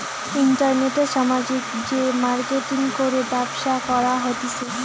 ইন্টারনেটে সামাজিক যে মার্কেটিঙ করে ব্যবসা করা হতিছে